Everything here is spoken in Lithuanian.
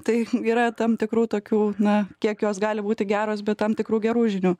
tai yra tam tikrų tokių na kiek jos gali būti geros bet tam tikrų gerų žinių